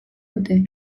dute